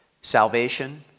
Salvation